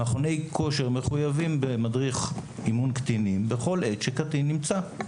מכוני כושר מחויבים במדריך אימון קטינים בכל עת שקטין נמצא.